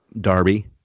Darby